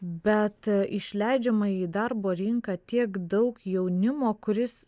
bet išleidžiama į darbo rinką tiek daug jaunimo kuris